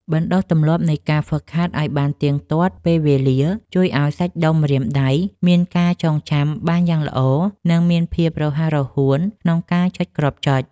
បណ្តុះទម្លាប់នៃការហ្វឹកហាត់ឱ្យបានទៀងទាត់ពេលវេលាជួយឱ្យសាច់ដុំម្រាមដៃមានការចងចាំបានយ៉ាងល្អ និងមានភាពរហ័សរហួនក្នុងការចុចគ្រាប់ចុច។